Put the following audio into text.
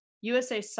USA